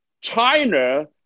China